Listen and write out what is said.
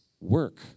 work